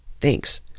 Thanks